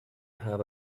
have